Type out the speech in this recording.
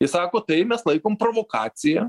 jis sako tai mes laikom provokacija